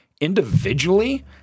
individually